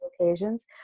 occasions